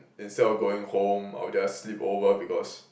instead of going home I would just sleep over because